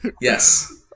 Yes